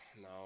no